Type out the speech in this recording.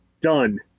done